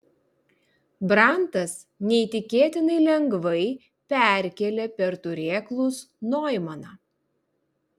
brantas neįtikėtinai lengvai perkėlė per turėklus noimaną